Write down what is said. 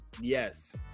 Yes